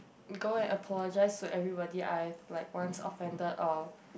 go and apologise to everybody I have like once offended or